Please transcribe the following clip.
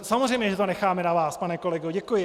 Samozřejmě že to necháme na vás, pane kolego, děkuji.